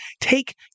take